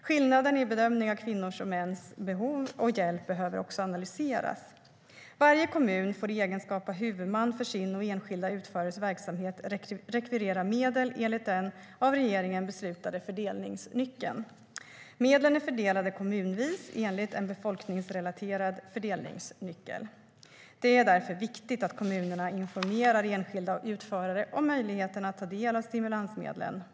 Skillnaderna i bedömning av kvinnors och mäns behov av hjälp behöver analyseras. Varje kommun får i egenskap av huvudman för sin och enskilda utförares verksamhet rekvirera medel enligt den av regeringen beslutade fördelningsnyckeln. Medlen är fördelade kommunvis enligt en befolkningsrelaterad fördelningsnyckel. Det är därför viktigt att kommunerna informerar enskilda utförare om möjligheten att ta del av stimulansmedlen.